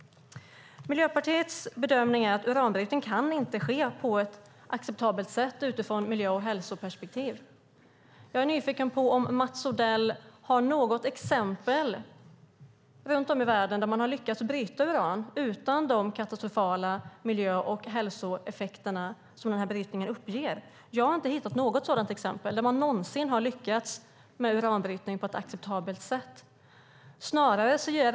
Det är Miljöpartiets bedömning att uranbrytning inte kan ske på ett acceptabelt sätt utifrån ett miljö och hälsoperspektiv. Jag är nyfiken på om Mats Odell har något exempel på något ställe runt om i världen där man har lyckats bryta uran utan att de katastrofala miljö och hälsoeffekter som den här brytningen medför har uppstått. Jag har inte hittat något exempel på att man någonsin har lyckats med uranbrytning på ett acceptabelt sätt.